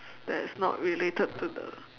that's not related to the